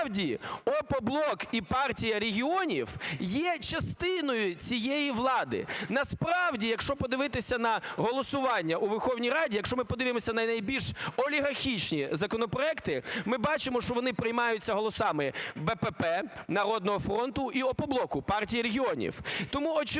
насправді "Опоблок" і Партія регіонів є частиною цієї влади. Насправді, якщо подивитися на голосування у Верховній Раді, якщо ми подивимося на найбільш олігархічні законопроекти, ми бачимо, що вони приймаються голосами БПП, "Народного фронту" і "Опоблоку" (Партією регіонів). Тому очевидно